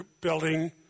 building